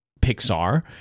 pixar